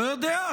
לא יודע,